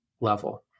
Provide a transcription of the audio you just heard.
level